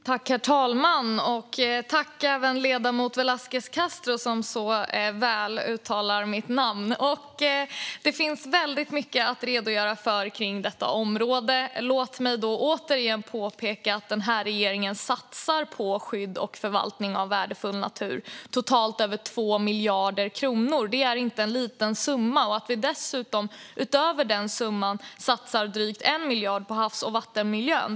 Herr talman! Jag vill tacka ledamoten Velasquez Castro, som uttalar mitt namn så väl. Det finns väldigt mycket att redogöra för på detta område. Låt mig återigen påpeka att den här regeringen satsar på skydd och förvaltning av värdefull natur. Totalt över 2 miljarder kronor är inte en liten summa. Utöver det satsar vi dessutom drygt 1 miljard på havs och vattenmiljön.